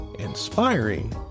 inspiring